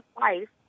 life